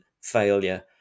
failure